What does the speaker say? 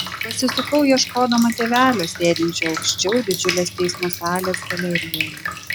pasisukau ieškodama tėvelio sėdinčio aukščiau didžiulės teismo salės galerijoje